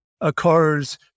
occurs